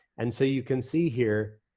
and so you can see here,